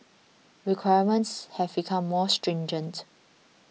requirements have become more stringent